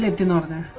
dinner